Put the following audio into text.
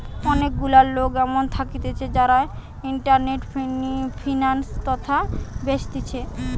অনেক গুলা লোক এমন থাকতিছে যারা ইন্টারনেটে ফিন্যান্স তথ্য বেচতিছে